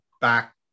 back